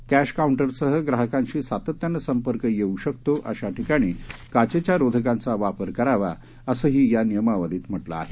कॅशकाऊंटरसहग्राहकांशीसातत्यानंसंपर्कयेऊशकतोअशाठिकाणीकाचेच्यारोधकांचावापरक रावाअसंहीयानियमावलीतम्हटलंआहे